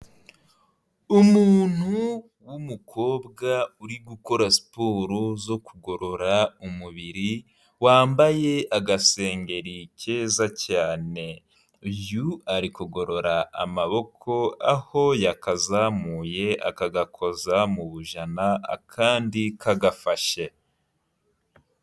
Umuntu w'umukobwa uri gukora siporo zo kugorora umubiri, wambaye agasengeri keza cyane. Uyu ari kugorora amaboko aho yakazamuye akagakoza mu bujana akandi kagafashe.